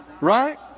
right